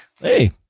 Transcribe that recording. Hey